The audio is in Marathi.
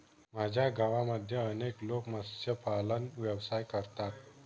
माझ्या गावामध्ये अनेक लोक मत्स्यपालन व्यवसाय करतात